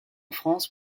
france